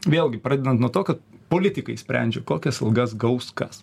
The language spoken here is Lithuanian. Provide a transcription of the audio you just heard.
vėlgi pradedan nuo to ka politikai sprendžia kokias algas gaus kas